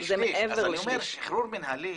שחרור מינהלי,